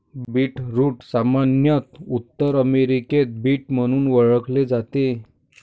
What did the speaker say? beetroot सामान्यत उत्तर अमेरिकेत बीट म्हणून ओळखले जाते